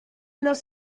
los